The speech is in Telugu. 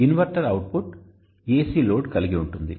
ఇన్వర్టర్ అవుట్పుట్ AC లోడ్ కలిగి ఉంటుంది